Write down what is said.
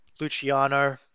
Luciano